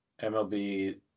MLB